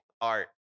art